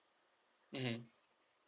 mmhmm